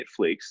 Netflix